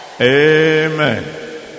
Amen